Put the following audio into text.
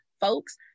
folks